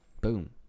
boom